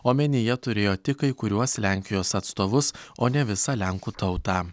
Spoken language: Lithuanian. omenyje turėjo tik kai kuriuos lenkijos atstovus o ne visą lenkų tautą